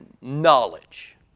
knowledge